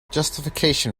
justification